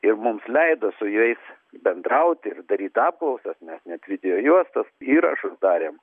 ir mums leido su jais bendrauti ir daryt apklausas mes net videojuostas įrašus darėm